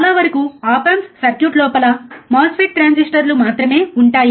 చాలావరకు op amps circuit లోపల MOSFET ట్రాన్సిస్టర్లు మాత్రమే ఉంటాయి